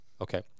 Okay